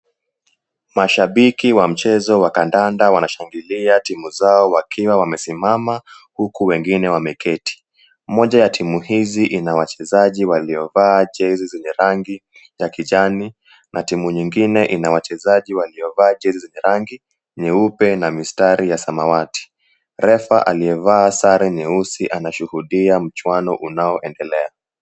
Mashabiki wa mchezo wa kandanda wanashangilia timu zao wakiwa wamesimama, huku wengine wameketi. Moja ya timu hizi ina wachezaji waliovaa jezi zenye rangi ya kijani, na timu nyingine ina wachezaji waliovaa jezi rangi nyeupe na mistari ya samawati. Refa aliyevaa sare nyeusi, anashuhudia mchuano unaoendelea.